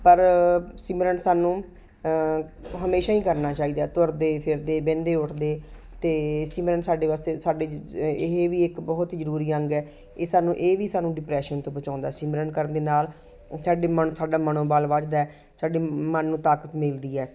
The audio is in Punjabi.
ਪਰ ਸਿਮਰਨ ਸਾਨੂੰ ਹਮੇਸ਼ਾਂ ਹੀ ਕਰਨਾ ਚਾਹੀਦਾ ਤੁਰਦੇ ਫਿਰਦੇ ਬਹਿੰਦੇ ਉੱਠਦੇ ਅਤੇ ਸਿਮਰਨ ਸਾਡੇ ਵਾਸਤੇ ਸਾਡੇ ਜ ਜ ਇਹ ਵੀ ਇੱਕ ਬਹੁਤ ਜ਼ਰੂਰੀ ਅੰਗ ਹੈ ਇਹ ਸਾਨੂੰ ਇਹ ਵੀ ਸਾਨੂੰ ਡਿਪਰੈਸ਼ਨ ਤੋਂ ਬਚਾਉਂਦਾ ਸਿਮਰਨ ਕਰਨ ਦੇ ਨਾਲ ਸਾਡੇ ਮਨ ਤੁਹਾਡਾ ਮਨੋਬਲ ਵੱਧਦਾ ਹੈ ਸਾਡੀ ਮਨ ਨੂੰ ਤਾਕਤ ਮਿਲਦੀ ਹੈ